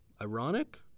Ironic